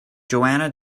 johanna